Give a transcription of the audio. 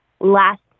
last